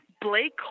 Blake